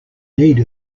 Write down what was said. need